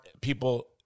people